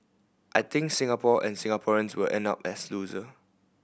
I think Singapore and Singaporeans will end up as loser